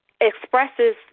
expresses